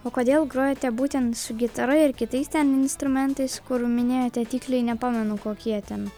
o kodėl grojate būtent su gitara ir kitais ten instrumentais kurių minėjote tiksliai nepamenu kokie ten